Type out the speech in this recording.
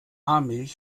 milch